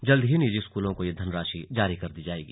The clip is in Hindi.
जल्द ही निजी स्कूलों को ये धनराशि जारी कर दी जाएगी